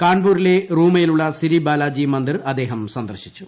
കാൺപൂരിലെ റൂമയിലുള്ള സിരി ബാലാജി മന്ദിർ അദ്ദേഹം സന്ദർശിച്ചു